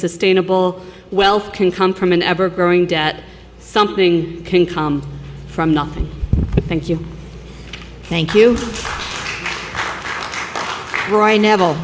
sustainable wealth can come from an ever growing debt something can come from nothing but thank you thank you brian right now